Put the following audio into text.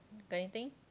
got anything